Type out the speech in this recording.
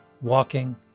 walking